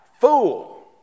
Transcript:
fool